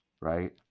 right